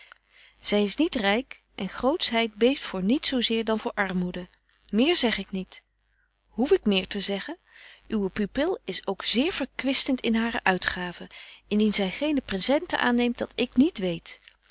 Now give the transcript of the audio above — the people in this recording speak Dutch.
zy is niet ryk en grootschheid beeft voor niets zo zeer dan voor armoede meer zeg ik niet hoef ik meer te zeggen uwe pupil is ook zeer verkwistent in hare uitgaven indien zy geene presenten aanneemt dat ik niet weet